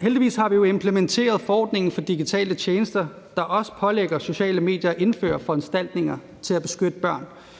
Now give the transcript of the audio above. Heldigvis har vi jo implementeret forordningen for digitale tjenester, der også pålægger sociale medier at indføre foranstaltninger til at beskytte børn.